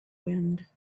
wind